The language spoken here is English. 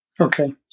Okay